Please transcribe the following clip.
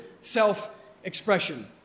self-expression